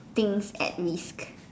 things at risk